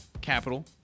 capital